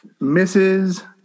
Mrs